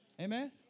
Amen